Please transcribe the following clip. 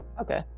okay